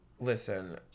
listen